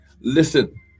Listen